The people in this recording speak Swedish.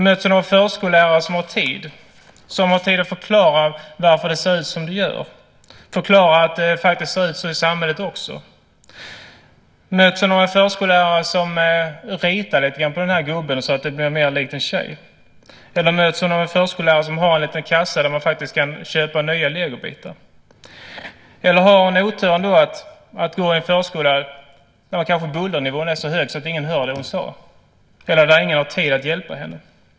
Möts hon av förskollärare som har tid att förklara varför det ser ut som det gör och att det faktiskt ser ut så i samhället också? Möts hon av en förskollärare som ritar lite grann på gubben så att det blir lite mer likt en tjej? Möts hon av en förskollärare som har en liten kassa så man kan köpa nya legobitar? Eller har hon oturen att gå i en förskola där bullernivån är så hög att ingen hör det hon säger, eller där ingen har tid att hjälpa henne?